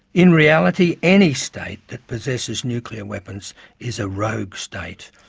in reality, any state that possesses nuclear weapons is a rogue state,